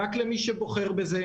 רק למי שבוחר בזה,